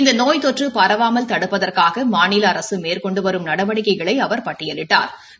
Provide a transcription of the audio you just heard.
இந்த நோய் தொற்று பரவாமல் தடுப்பதற்காக மாநில அரசு மேற்கொண்டு வரும் நடவடிக்கைகளை அவர் பட்டியலிட்டாா்